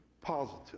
positive